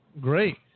Great